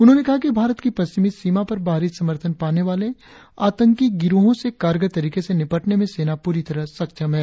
उन्होंने कहा कि भारत की पश्चिमी सीमा पर बाहरी समर्थन पाने वाले आतंकी गिरोहों से कारगर तरीके से निपटने में सेना पूरी तरह सक्षम है